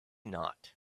not